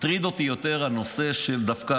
דווקא הטריד אותי יותר נושא התנועה,